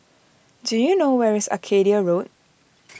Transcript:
do you know where is Arcadia Road